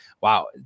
Wow